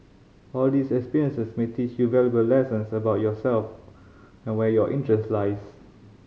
all these experiences may teach you valuable lessons about yourself and where your interest lies